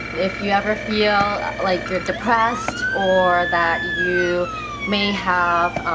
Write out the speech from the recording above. if you ever feel like you're depressed or that you may have.